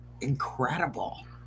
incredible